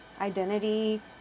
identity